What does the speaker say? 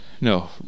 No